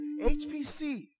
HPC